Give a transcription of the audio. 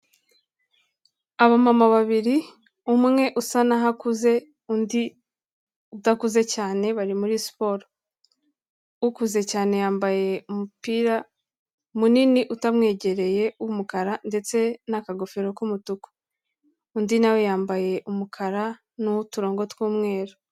Abamama babiri umwe usa n'aho akuze, undi udakuze cyane bari muri siporo. Ukuze cyane yambaye umupira munini utamwegereye w'umukara ndetse n'akagofero k'umutuku. Undi nawe yambaye umukara n'uturongo tw'umweru.